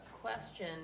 question